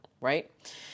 Right